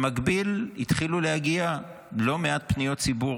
במקביל, התחילו להגיע לא מעט פניות ציבור,